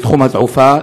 בתחום התעופה.